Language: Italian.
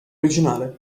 originale